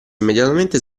immediatamente